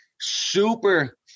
super